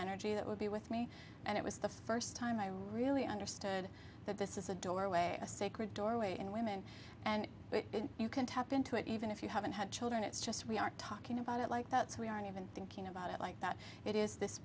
energy that would be with me and it was the first time i really understood that this is a doorway a sacred doorway and women and you can tap into it even if you haven't had children it's just we aren't talking about it like that so we aren't even thinking about it like that it is this